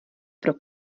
pro